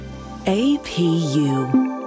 APU